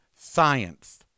science